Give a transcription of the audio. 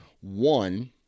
One